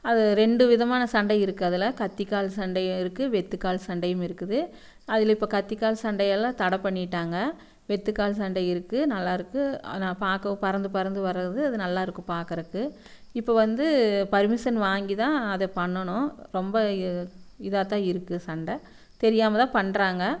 அது ரெண்டு விதமான சண்டை இருக்குது அதில் கத்திக்கால் சண்டையும் இருக்குது வெற்றுக்கால் சண்டையும் இருக்குது அதில் இப்போ கத்திக்கால் சண்டையெல்லாம் தடை பண்ணிட்டாங்க வெற்றுக்கால் சண்டை இருக்குது நல்லா இருக்குது ஆனால் பார்க்கவும் பறந்து பறந்து வர்றது அது நல்லா இருக்குது பார்க்குறக்கு இப்போ வந்து பர்மிஷன் வாங்கி தான் அதை பண்ணணும் ரொம்ப இதாக தான் இருக்குது சண்டை தெரியாமல் தான் பண்ணுறாங்க